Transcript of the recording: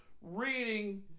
reading